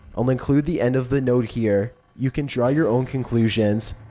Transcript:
i'll include the end of the note here. you can draw your own conclusions.